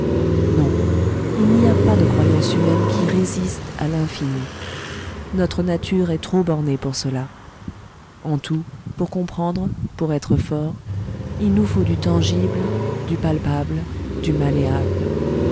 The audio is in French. non il n'y a pas de croyance humaine qui résiste à l'infini notre nature est trop bornée pour cela en tout pour comprendre pour être fort il nous faut du tangible du palpable du malléable